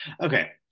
Okay